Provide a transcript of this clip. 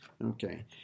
Okay